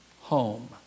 home